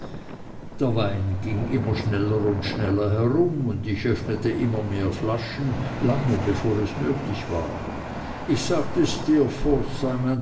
der wein ging immer schneller und schneller herum und ich öffnete immer mehr flaschen lange bevor es nötig war ich sagte steerforth